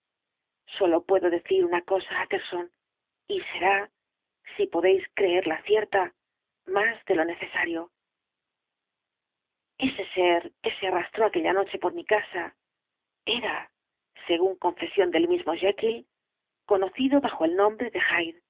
sólo puedo decir una cosa utterson y será si podéis creerla cierta más de lo necesario ese ser que se arrastró aquella noche por mi casa era según confesión del mismo jekyll conocido bajo el nombre de